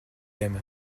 aime